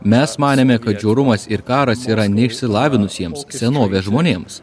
mes manėme kad žiaurumas ir karas yra neišsilavinusiems senovės žmonėms